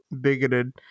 bigoted